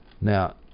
Now